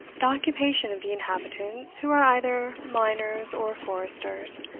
the occupation of the inhabitants, who are either miners or foresters,